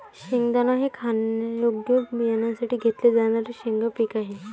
शेंगदाणा हे खाण्यायोग्य बियाण्यांसाठी घेतले जाणारे शेंगा पीक आहे